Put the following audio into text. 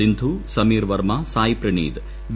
Sindhu Sameer Verma Sai Praneeth V